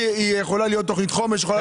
יכולה להיות תוכנית חומש.